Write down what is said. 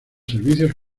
servicios